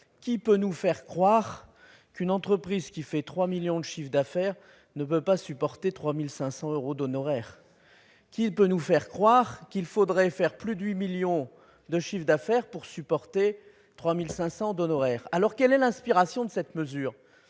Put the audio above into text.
Qui peut nous faire croire qu'une entreprise qui réalise 3 millions d'euros de chiffre d'affaires ne peut pas supporter 3 500 euros d'honoraires ? Qui peut nous faire croire qu'il faudrait faire plus de 8 millions d'euros de chiffre d'affaires pour supporter 3 500 euros d'honoraires ? Qui a donc inspiré cette mesure ?